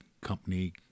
company